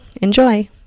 Enjoy